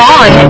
on